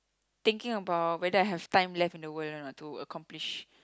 thinking about whether I have time left in the world or not to accomplish